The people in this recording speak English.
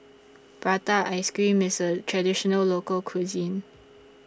Prata Ice Cream IS A Traditional Local Cuisine